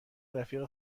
رفیق